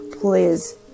please